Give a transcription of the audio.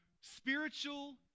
Spiritual